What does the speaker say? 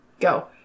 Go